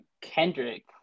Kendrick